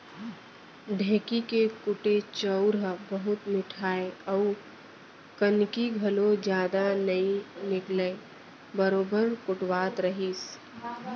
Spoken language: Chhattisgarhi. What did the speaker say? ढेंकी के कुटे चाँउर ह बहुत मिठाय अउ कनकी घलौ जदा नइ निकलय बरोबर कुटावत रहिस